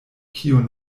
kiun